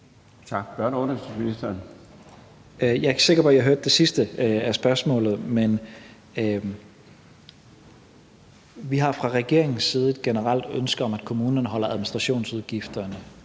Tesfaye): Jeg er ikke sikker på, jeg hørte det sidste af spørgsmålet. Vi har fra regeringens side et generelt ønske om, at kommunerne holder administrationsudgifterne